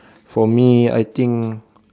for me I think